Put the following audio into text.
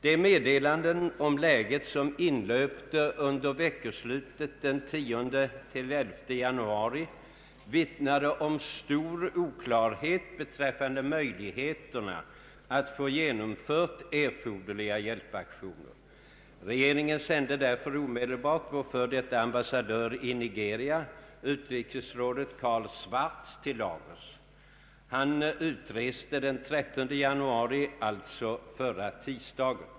De meddelanden om läget, som inlöpte under veckoslutet 10—11 januari vittnade om stor oklarhet beträffande möjligheterna att få erforderliga hjälpaktioner genomförda. Regeringen sände därför omedelbart vår f.d. ambassadör i Nigeria, utrikesrådet Carl Swartz, till Lagos. Han utreste den 13 januari, alltså förra tisdagen.